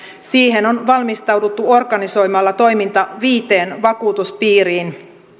siihen on valmistauduttu organisoimalla toiminta viiteen vakuutuspiiriin